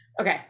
Okay